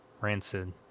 Rancid